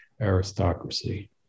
aristocracy